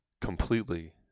completely